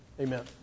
Amen